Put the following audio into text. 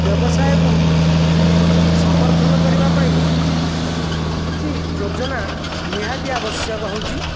ବ୍ୟବସାୟକୁ ସମର୍ଥନ କରିବା ପାଇଁ କିଛି ଯୋଜନା ନିହାତି ଆବଶ୍ୟକ ହେଉଛି